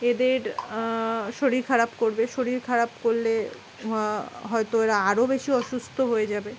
এদের শরীর খারাপ করবে শরীর খারাপ করলে হয়তো এরা আরও বেশি অসুস্থ হয়ে যাবে